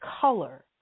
color